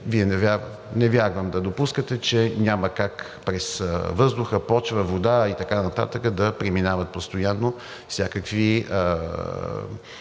Не вярвам да допускате, че няма как през въздух, почва, вода и така нататък да преминават постоянно всякакви, нека